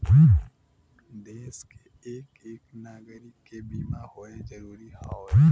देस के एक एक नागरीक के बीमा होए जरूरी हउवे